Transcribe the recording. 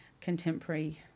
contemporary